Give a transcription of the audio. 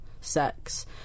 sex